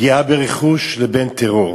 פגיעה ברכוש, לבין טרור.